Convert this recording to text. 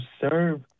serve